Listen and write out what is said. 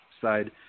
side